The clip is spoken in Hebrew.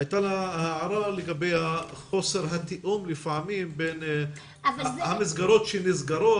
הייתה לה הערה לגבי חוסר התיאום לפעמים בין המסגרות שנסגרות,